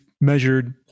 measured